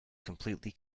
completely